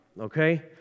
Okay